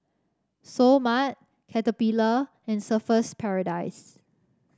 Seoul Mart Caterpillar and Surfer's Paradise